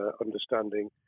understanding